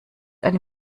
ein